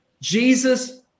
Jesus